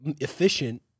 Efficient